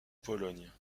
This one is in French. pologne